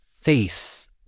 face